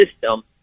system